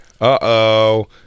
Uh-oh